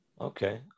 Okay